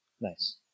nice